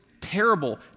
terrible